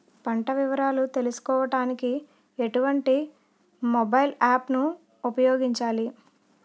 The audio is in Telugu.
పంట వివరాలు తెలుసుకోడానికి ఎటువంటి మొబైల్ యాప్ ను ఉపయోగించాలి?